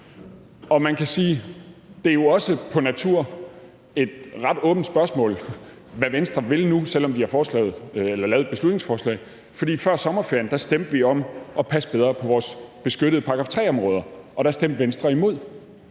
Og man kan sige, at i forhold til natur er det jo også et ret åbent spørgsmål, hvad Venstre vil nu, selv om de har fremsat et beslutningsforslag. For før sommerferien stemte vi om at passe bedre på vores beskyttede § 3-områder, og der stemte Venstre imod.